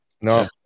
No